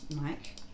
Mike